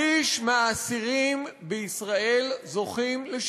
אתה צודק, נכון.